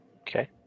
Okay